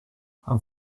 han